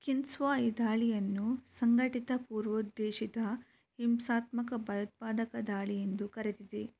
ಕಿನ್ಸುವಾ ಈ ದಾಳಿಯನ್ನು ಸಂಘಟಿತ ಪೂರ್ವೋದ್ದೇಶಿತ ಹಿಂಸಾತ್ಮಕ ಭಯೋತ್ಪಾದಕ ದಾಳಿ ಎಂದು ಕರೆದಿದೆ